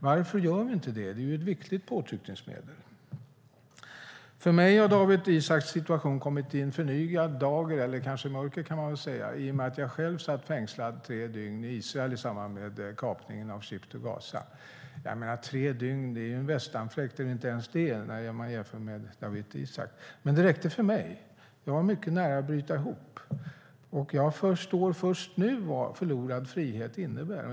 Varför gör vi inte det? Det är ett viktigt påtryckningsmedel. För mig har Dawit Isaaks situation kommit i en förnyad dager, eller man kanske ska säga mörker, i och med att jag själv satt fängslad tre dygn i Israel i samband med kapningen av Ship to Gaza. Tre dygn är en västanfläkt och inte ens det när man jämför med Dawit Isaak, men det räckte för mig. Jag var mycket nära att bryta ihop. Jag förstår först nu vad förlorad frihet innebär.